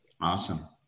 Awesome